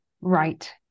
right